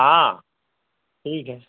हाँ ठीक है